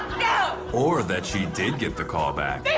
no. or that she did get the callback. they